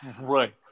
Right